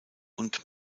und